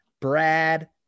Brad